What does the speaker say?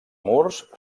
murs